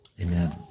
Amen